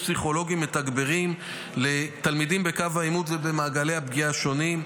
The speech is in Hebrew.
פסיכולוגים מתגברים לתלמידים בקו העימות ובמעגלי הפגיעה השונים.